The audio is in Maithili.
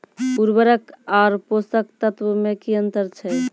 उर्वरक आर पोसक तत्व मे की अन्तर छै?